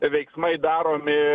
veiksmai daromi